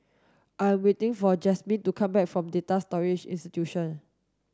I am waiting for Jazmyn to come back from Data Storage Institute